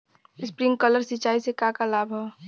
Sprinkler सिंचाई से का का लाभ ह?